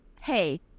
Hey